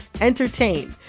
entertain